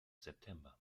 september